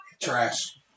trash